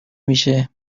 میشه